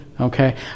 Okay